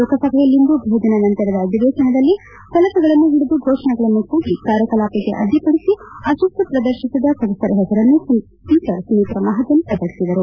ಲೋಕಸಭೆಯಲ್ಲಿಂದು ಭೋಜನ ನಂತರದ ಅಧಿವೇಶನದಲ್ಲಿ ಫಲಕಗಳನ್ನು ಹಿಡಿದು ಫೋಷಣೆಗಳನ್ನು ಕೂಗಿ ಕಾರ್ಯಕಲಾಪಕ್ಕೆ ಅಡ್ಡಿಪಡಿಸಿ ಅಶಿಸ್ತು ಪ್ರದರ್ಶಿಸಿದ ಸದಸ್ನರ ಹೆಸರನ್ನು ಸ್ವೀಕರ್ ಸುಮಿತ್ರಾ ಮಹಾಜನ್ ಪ್ರಕಟಿಸಿದರು